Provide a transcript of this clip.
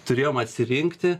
turėjom atsirinkti